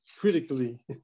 critically